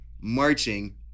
marching